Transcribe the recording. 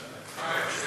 למה זה משנה?